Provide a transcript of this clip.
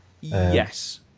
Yes